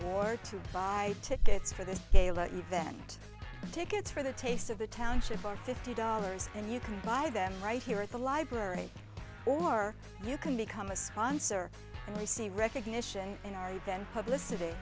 or to buy tickets for the gala event tickets for the taste of the township for fifty dollars and you can buy them right here at the library or you can become a sponsor and we see recognition in our ethan publicity